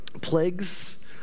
Plagues